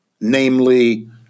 namely